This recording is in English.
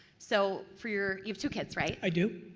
so for your you have two kids, right? i do.